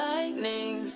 Lightning